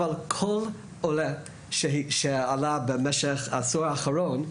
אבל כל עולה שעלה במשך העשור האחרון.